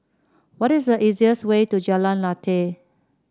what is the easiest way to Jalan Lateh